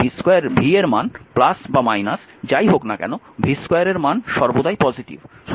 v এর মান বা যাই হোক না কেন v2 এর মান সর্বদাই পজিটিভ